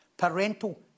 Parental